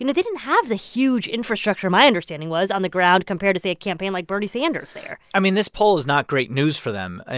you know they didn't have the huge infrastructure my understanding was on the ground compared to, say, a campaign like bernie sanders there i mean, this poll is not great news for them. you